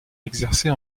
exercer